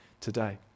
today